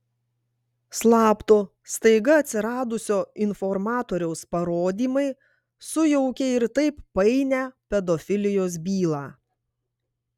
slapto staiga atsiradusio informatoriaus parodymai sujaukė ir taip painią pedofilijos bylą